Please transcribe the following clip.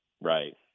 Right